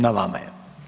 Na vama je.